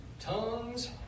tongues